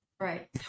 Right